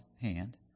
hand